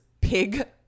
pig